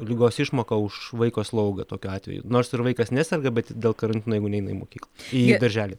ligos išmoką už vaiko slaugą tokiu atveju nors ir vaikas neserga bet dėl karantino jeigu neina į mokyklą į darželį